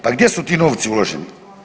Pa gdje su ti novci uloženi?